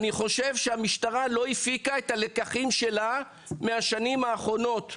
אני חושב שהמשטרה לא הפיקה את הלקחים שלה מהשנים האחרונות.